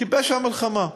כפשע מלחמה.